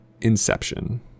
Inception